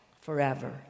forever